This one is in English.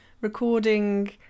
recording